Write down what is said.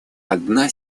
одна